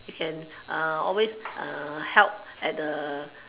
you can always help at the